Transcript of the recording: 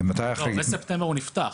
לא, בספטמבר הוא נפתח.